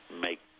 make